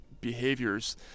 behaviors